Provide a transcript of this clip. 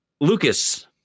lucas